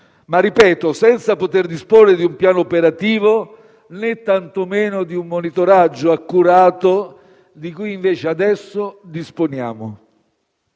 - ripeto - senza poter disporre di un piano operativo, né tantomeno di un monitoraggio accurato di cui invece adesso disponiamo.